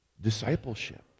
discipleship